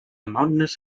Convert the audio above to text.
mountainous